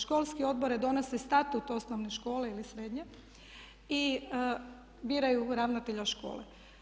Školski odbori donose statut osnovne škole ili srednje i biraju ravnatelja škole.